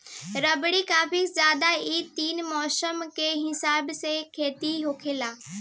रबी, खरीफ, जायद इ तीन मौसम के हिसाब से खेती होखेला